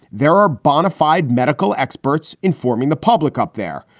there are bonafide medical experts informing the public up there.